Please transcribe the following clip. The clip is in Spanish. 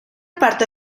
parte